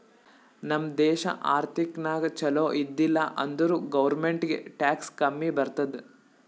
ನಮ್ ದೇಶ ಆರ್ಥಿಕ ನಾಗ್ ಛಲೋ ಇದ್ದಿಲ ಅಂದುರ್ ಗೌರ್ಮೆಂಟ್ಗ್ ಟ್ಯಾಕ್ಸ್ ಕಮ್ಮಿ ಬರ್ತುದ್